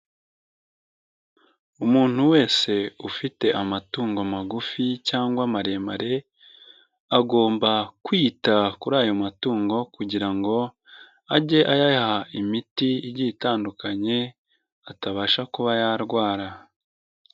Umuntu wese ufite amatungo magufi cyangwa maremare, agomba kwita kuri ayo matungo kugira ngo ajye ayaha imiti igiye itandukanye, atabasha kuba yarwara.